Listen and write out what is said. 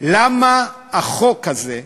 למה החוק הזה,